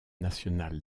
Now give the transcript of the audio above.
nationale